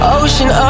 ocean